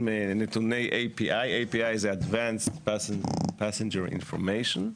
נתוני API. API זה Advanced Passenger Information.